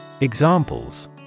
Examples